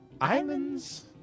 Islands